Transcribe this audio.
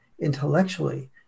intellectually